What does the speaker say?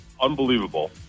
unbelievable